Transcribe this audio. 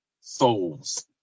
souls